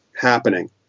happening